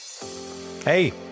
Hey